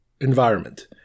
environment